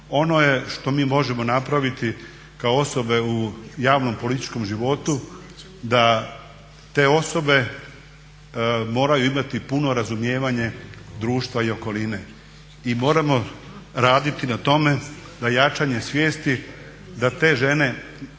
Ono što mi možemo napraviti kao osobe u javnom političkom životu da te osobe moraju imati puno razumijevanje društva i okoline i moramo raditi na tome da jačanje svijesti da te žene